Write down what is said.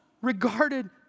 regarded